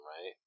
right